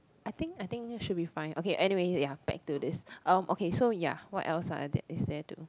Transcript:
I think I think should be fine okay anyway ya back to this um okay so ya what else is there to